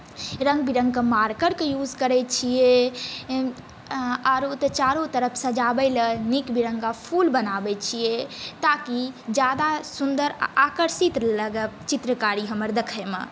रङ्ग विरङ्गके मार्करकेॅं युज करै छियै आरो तऽ चारोतरफ सजावैला नीक विरङ्गक फुल बनाबै छियै ताकि ज्यादा सुन्दर आ आकर्षित लगै चित्रकारी हमर देखैमे